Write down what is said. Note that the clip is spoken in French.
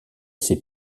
ses